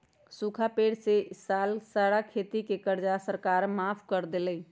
सूखा पड़े से ई साल के सारा खेती के कर्जा सरकार माफ कर देलई